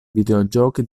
videogiochi